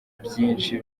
byinshi